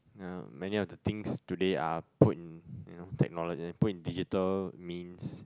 uh many of the things today are put in you know technolo~ put in digital means